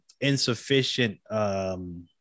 insufficient –